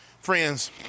Friends